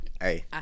Hey